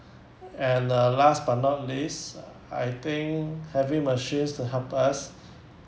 and uh last but not least I think having machines to help us